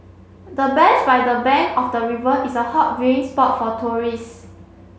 the bench by the bank of the river is a hot viewing spot for tourist